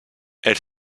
elle